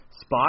Spot